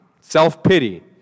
Self-pity